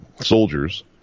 soldiers